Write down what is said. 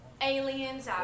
aliens